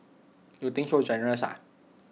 you think so generous ah